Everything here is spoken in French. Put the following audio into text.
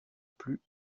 plus